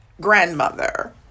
grandmother